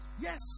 Yes